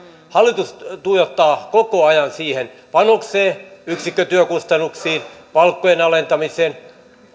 panos hallitus tuijottaa koko ajan siihen panokseen yksikkötyökustannuksiin palkkojen alentamiseen